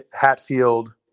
Hatfield